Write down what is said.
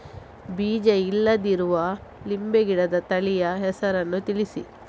ಬೀಜ ಇಲ್ಲದಿರುವ ನಿಂಬೆ ಗಿಡದ ತಳಿಯ ಹೆಸರನ್ನು ತಿಳಿಸಿ?